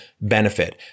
benefit